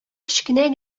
кечкенә